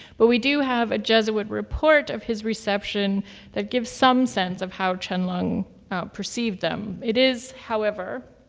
but we do have a jesuit report of his reception that gives some sense of how qianlong perceived them. it is, however,